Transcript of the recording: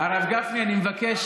הרב גפני, אני מבקש.